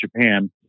Japan